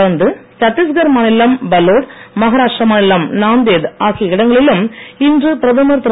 தொடர்ந்து சட்டீஸ்கர் மாநிலம் பலோட் மஹாராஷ்ட்ர மாநிலம் நாந்தேத் ஆகிய இடங்களிலும் இன்று பிரதமர் திரு